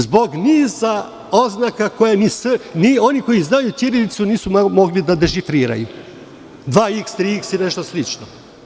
Zbog niza oznaka koji ni oni koji znaju ćirilicu nisu mogli da dešifruju, dva iks, tri iks ili nešto slično.